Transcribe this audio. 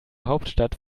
hauptstadt